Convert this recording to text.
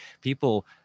people